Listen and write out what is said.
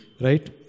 Right